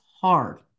hard